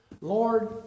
Lord